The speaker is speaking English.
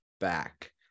back